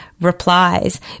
replies